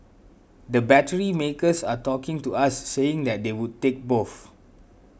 the battery makers are talking to us saying that they would take both